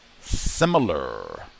similar